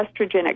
estrogenic